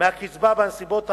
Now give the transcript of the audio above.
מהקצבה בנסיבות האמורות,